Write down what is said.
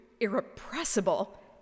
irrepressible